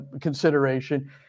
consideration